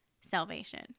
salvation